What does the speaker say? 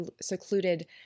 secluded